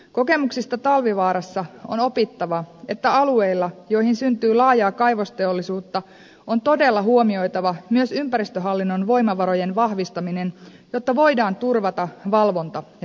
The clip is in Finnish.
kokemuksista talvivaarassa on opittava että alueilla joille syntyy laajaa kaivosteollisuutta on todella huomioitava myös ympäristöhallinnon voimavarojen vahvistaminen jotta voidaan turvata valvonta ja seuranta